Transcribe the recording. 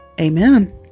Amen